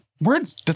words